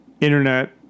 internet